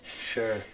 sure